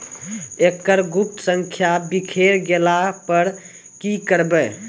एकरऽ गुप्त संख्या बिसैर गेला पर की करवै?